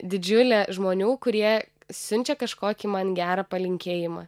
didžiulė žmonių kurie siunčia kažkokį man gerą palinkėjimą